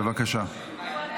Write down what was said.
בבקשה.